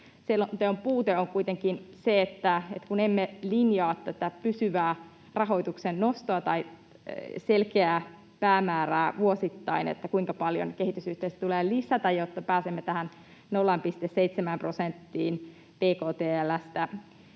puute on kuitenkin se, että kun emme linjaa tätä pysyvää rahoituksen nostoa tai selkeää päämäärää, kuinka paljon vuosittain kehitysyhteistyötä tulee lisätä, jotta pääsemme tähän 0,7 prosenttiin bktl:stä,